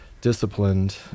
disciplined